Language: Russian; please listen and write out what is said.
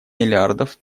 миллиардов